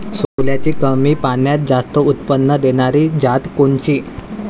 सोल्याची कमी पान्यात जास्त उत्पन्न देनारी जात कोनची?